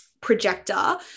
projector